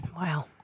Wow